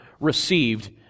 received